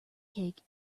cake